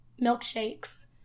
milkshakes